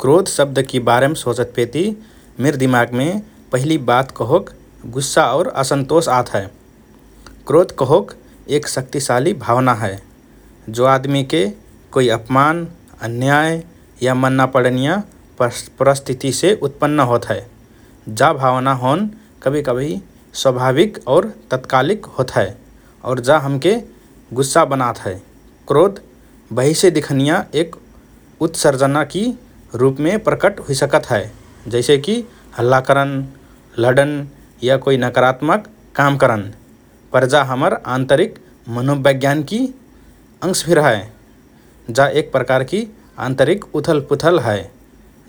“क्रोध” शब्दकि बारेम सोचतपेति मिर दिमागमे पहिली बात कहोक गुस्सा और असन्तोष आत हए । क्रोध कहोक एक शक्तिशाली भावना हए, जो आदमिके कोइ अपमान, अन्याय या मन ना पडनिया परिस्थितिसे उत्पन्न होत हए । जा भावना होन कभिकभि स्वाभाविक और तात्कालिक होत हए और जा हमके गुस्सा बनात हए । क्रोध बाहिसे दिखनिया एक उत्सर्जनकि रुपमे प्रकट हुइसकत हए जैसेकि हल्ला करन, लडन या कोइ नकारात्मक काम करन । पर जा हमर आन्तरिक मनोविज्ञानकि अंश फिर हए । जा एक प्रकारकि आन्तरिक उथलपुथल हए,